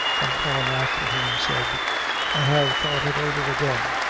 and calling after him, said i have thought it over again,